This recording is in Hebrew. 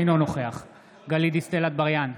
אינו נוכח גלית דיסטל אטבריאן,